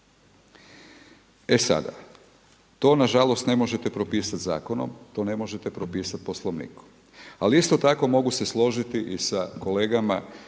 E sada, to nažalost ne možete propisati zakonom, to ne možete propisati Poslovnikom. Ali isto tako mogu se složiti i sa kolegama